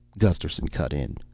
gusterson cut in.